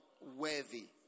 worthy